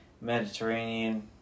mediterranean